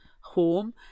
home